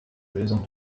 lösung